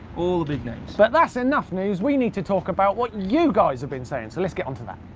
all the big names. but that's enough news. we need to talk about what you guys have been saying, so let's get on to that.